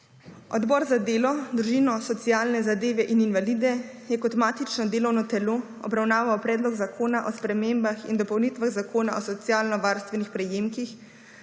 Odbor za delo, družino, socialne zadeve in invalide je kot matično delovno telo obravnaval predlog zakona o spremembah in dopolnitvah zakona o socialnovarstvenih prejemkih,